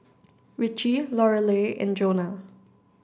Ritchie Lorelei and Joana